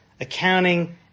accounting